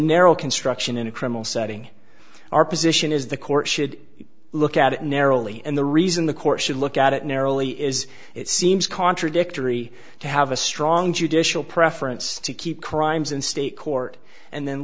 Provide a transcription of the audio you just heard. narrow construction in a criminal setting our position is the court should look at it narrowly and the reason the court should look at it narrowly is it seems contradictory to have a strong judicial preference to keep crimes in state court and then